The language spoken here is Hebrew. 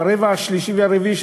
והרבע השלישי והרביעי,